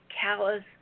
callous